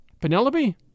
Penelope